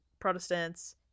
Protestants